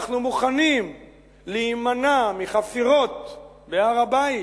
אנחנו מוכנים להימנע מחפירות בהר-הבית,